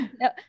No